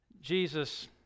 Jesus